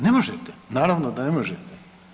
Ne možete, naravno da ne možete.